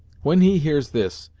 when he hears this,